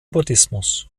buddhismus